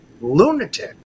lunatic